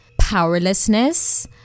powerlessness